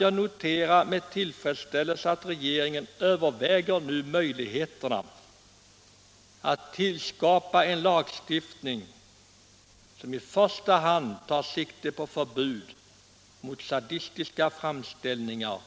Jag noterar emellertid med tillfredsställelse att regeringen nu överväger möjligheterna att genomföra en lagstiftning som i första hand tar sikte på förbud mot sadistiska framställningar